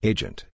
Agent